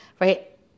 right